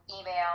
email